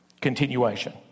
continuation